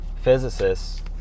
physicists